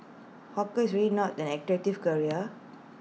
hawker is already not an attractive career